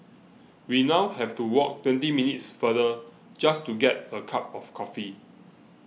we now have to walk twenty minutes farther just to get a cup of coffee